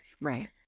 Right